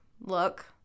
look